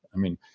i mean,